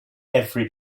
every